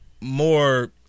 more